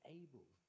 able